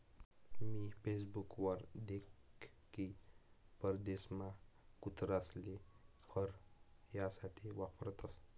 मी Facebook वर देख की परदेशमा कुत्रासले फर यासाठे वापरतसं